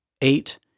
eight